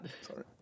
sorry